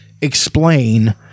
explain